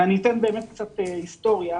אני אתן קצת היסטוריה